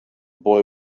boy